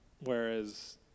whereas